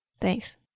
Thanks